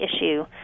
issue